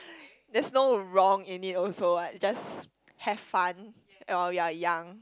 that's no wrong in it also what just have fun while we are young